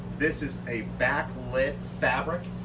this is a back lit fabric.